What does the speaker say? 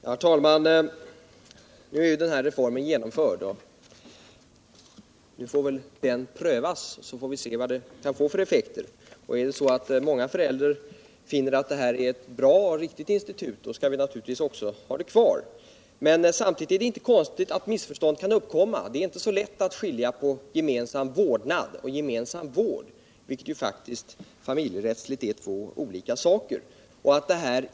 Herr talman! Nu är ju den här reformen genomförd, och den får väl prövas, så får vi se vad den kan få för effekter. Om många föräldrar finner att detta är ett bra och riktigt institut, då skall vi naturligtvis också ha det kvar. Men det är inte konstigt att missförstånd kan uppkomma. Det är inte så lätt att skilja på gemensam vårdnad och gemensam vård, vilket ju faktiskt familjerättsligt är två olika saker.